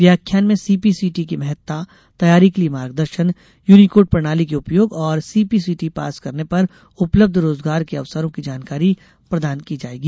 व्याख्यान में सीपीसीटी की महत्ता तैयारी के लिये मार्गदर्शन यूनीकोड प्रणाली के उपयोग और सीपीसीटी पास करने पर उपलब्ध रोजगार के अवसरों की जानकारी प्रदान की जायेगी